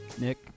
Nick